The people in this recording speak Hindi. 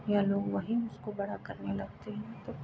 या लोग वहीं उसको बड़ा करने लगते हैं तो